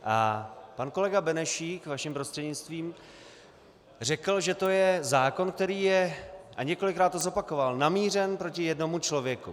A pan kolega Benešík, vaším prostřednictvím, řekl, že to je zákon, který je, a několikrát to zopakoval, namířen proti jednomu člověku.